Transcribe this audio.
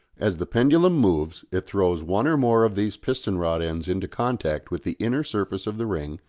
as the pendulum moves it throws one or more of these piston-rod ends into contact with the inner surface of the ring,